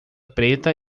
preta